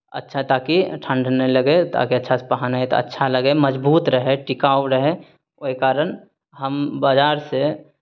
अच्छा ताकि ठण्ढ नहि लगय ताकि अच्छासँ पहनै तऽ अच्छा लगय मजबूत रहय टिकाउ रहय ओहि कारण हम बाजारसँ